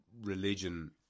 religion